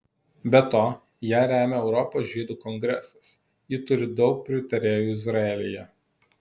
be to ją remia europos žydų kongresas ji turi daug pritarėjų izraelyje